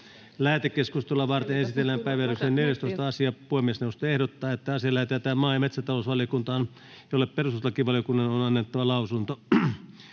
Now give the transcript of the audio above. Lähetekeskustelua varten esitellään päiväjärjestyksen 14. asia. Puhemiesneuvosto ehdottaa, että asia lähetetään maa- ja metsätalousvaliokuntaan, jolle perustuslakivaliokunnan on annettava lausunto.